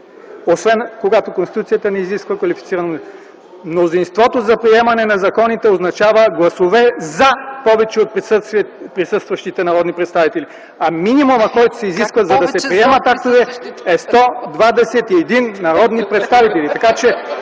Освен когато Конституцията не изисква квалифицирано мнозинство, мнозинството за приемане на законите означава гласове „за” повече от присъстващите народни представители, а минимумът, който се изисква, за да се приемат актовете, е 121 народни представители.